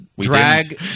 drag